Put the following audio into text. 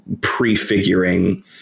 prefiguring